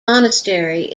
monastery